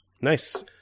Nice